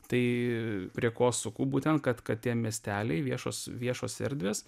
tai prie ko suku būtent kad kad tie miesteliai viešos viešos erdvės